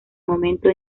momento